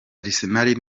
arsenal